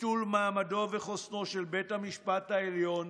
ביטול מעמדו וחוסנו של בית המשפט העליון,